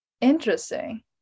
Interesting